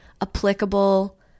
applicable